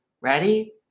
Ready